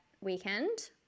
weekend